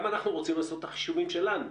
גם אנחנו רוצים לעשות את החישובים שלנו.